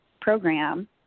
program